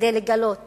כדי לגלות